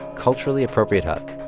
culturally appropriate hug.